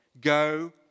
go